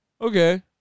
Okay